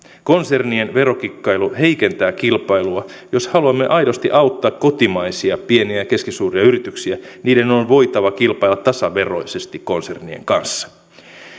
konsernien verokikkailu heikentää kilpailua jos haluamme aidosti auttaa kotimaisia pieniä ja keskisuuria yrityksiä niiden on voitava kilpailla tasaveroisesti konsernien kanssa